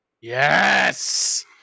Yes